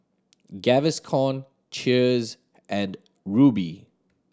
Gaviscon Cheers and Rubi